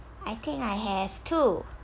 I think I have two